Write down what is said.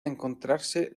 encontrarse